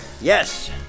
Yes